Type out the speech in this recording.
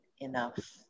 enough